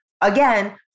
again